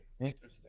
Interesting